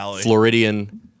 Floridian